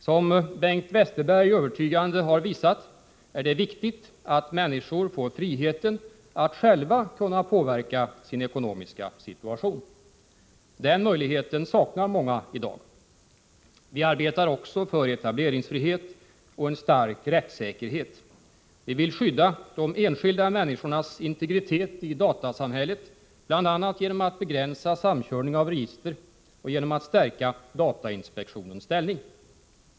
Som Bengt Westerberg övertygande har visat är det viktigt att människor får friheten att själva kunna påverka sin ekonomiska situation. Den möjligheten saknar många i dag. Vi arbetar också för etableringsfrihet och en stark rättssäkerhet. Vi vill skydda de enskilda människornas integritet i datasamhället, bl.a. genom att begränsa samkörning av register och genom att stärka datainspektionens ställning.